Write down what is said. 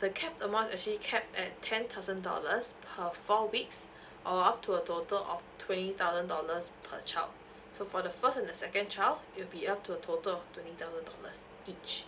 the capped amount is actually capped at ten thousand dollars per four weeks or up to a total of twenty thousand dollars per child so for the first and the second child it'll be up to a total of twenty thousand dollars each